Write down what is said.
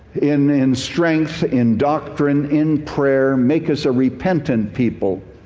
in in strength, in doctrine, in prayer. make us a repentant people.